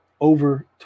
over